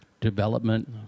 development